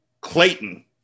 Clayton